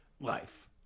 life